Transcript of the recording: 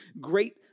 great